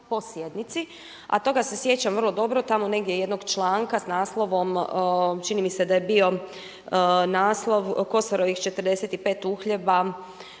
po sjednici. A toga se sjećam vrlo dobro, tamo negdje jednog članka s naslovom čini mi se da je bio naslov „Kosorovih 45 uhljeba“